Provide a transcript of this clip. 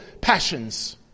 passions